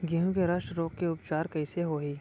गेहूँ के रस्ट रोग के उपचार कइसे होही?